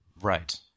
Right